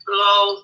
low